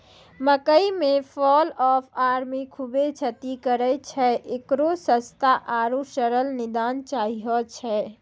मकई मे fall of army खूबे क्षति करेय छैय, इकरो सस्ता आरु सरल निदान चाहियो छैय?